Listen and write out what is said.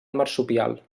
marsupial